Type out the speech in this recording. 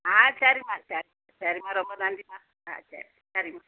ஆ சரிம்மா சரி சரிம்மா ரொம்ப நன்றிம்மா ஆ சரி சரிம்மா